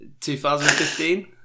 2015